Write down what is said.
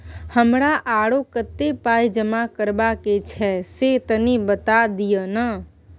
हमरा आरो कत्ते पाई जमा करबा के छै से तनी बता दिय न?